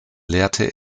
lehrte